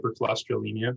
hypercholesterolemia